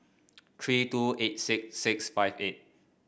three two eight six six five eight